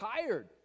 tired